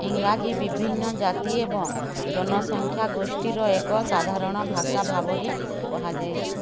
ଇଂରାଜୀ ବିଭିନ୍ନ ଜାତି ଏବଂ ଜନସଂଖ୍ୟା ଗୋଷ୍ଠୀର ଏକ ସାଧାରଣ ଭାଷା ଭାବରେ କୁହାଯାଏ